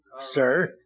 sir